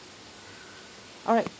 alright